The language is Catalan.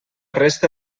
resta